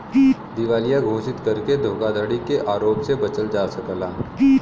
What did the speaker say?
दिवालिया घोषित करके धोखाधड़ी के आरोप से बचल जा सकला